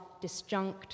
disjunct